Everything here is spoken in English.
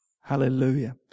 Hallelujah